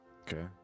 okay